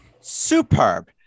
Superb